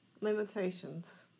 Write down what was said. limitations